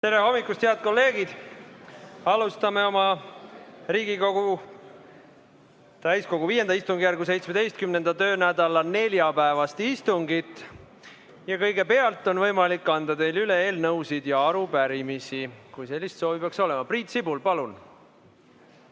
Tere hommikust, head kolleegid! Alustame Riigikogu täiskogu V istungjärgu 17. töönädala neljapäevast istungit. Kõigepealt on võimalik teil anda üle eelnõusid ja arupärimisi, kui sellist soovi peaks olema. Priit Sibul, palun!